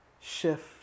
shift